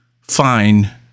fine